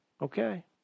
Okay